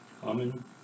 Common